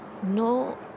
no